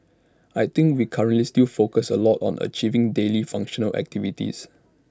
I think we currently still focus A lot on achieving daily functional activities